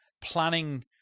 planning